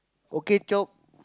okay chope